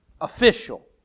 official